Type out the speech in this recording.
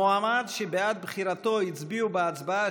המועמד שבעד בחירתו הצביעו בהצבעה